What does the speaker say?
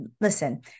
listen